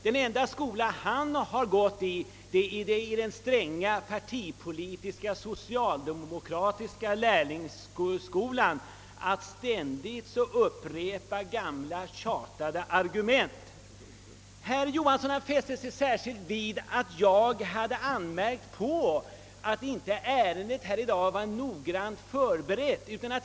Den enda skola han gått i är den stränga partipolitiska socialdemokratiska lärlingsskolan att ständigt upprepa gamla uttjatade argument. Herr Johansson fäste sig särskilt vid att jag anmärkt på att detta ärende inte var noggrant förberett.